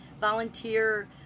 volunteer